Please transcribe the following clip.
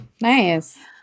Nice